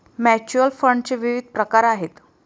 mutual फंडाचे विविध प्रकार आहेत